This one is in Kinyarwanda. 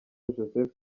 joseph